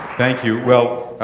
thank you. well,